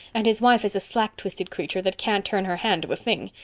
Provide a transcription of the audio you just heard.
and his wife is a slack-twisted creature that can't turn her hand to a thing.